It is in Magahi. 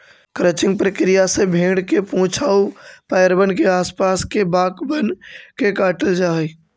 क्रचिंग प्रक्रिया से भेंड़ के पूछ आउ पैरबन के आस पास के बाकबन के काटल जा हई